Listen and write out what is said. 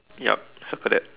yup circle that